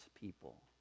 people